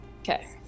okay